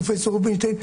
פרופ' רובינשטיין,